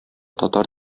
татар